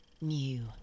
new